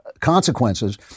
consequences